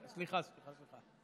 סליחה, סליחה.